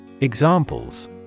Examples